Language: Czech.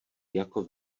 jako